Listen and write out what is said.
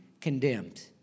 condemned